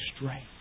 strength